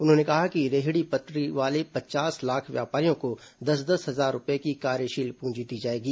उन्होंने कहा कि रेहडी पटरी वाले पचास लाख व्यापारियों को दस दस हजार रुपये की कार्यशील प्रंजी दी जाएगी